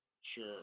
Sure